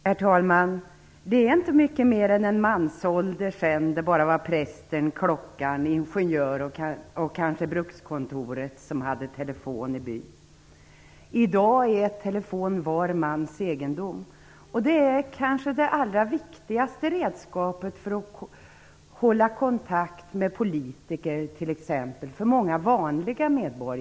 Herr talman! Det är inte mycket mer än en mansålder sedan det bara var prästen, klockaren, ingenjören och kanske brukskontoret som hade telefon i byn. I dag är telefon var mans egendom. Det är kanske det allra viktigaste redskapet för många vanliga medborgare att hålla kontakt med t.ex. politiker.